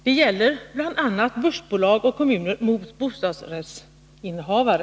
Här står bl.a. börsbolag och kommuner mot bostadsrättsinnehavare.